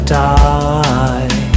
die